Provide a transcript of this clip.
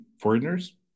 foreigners